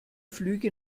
flüge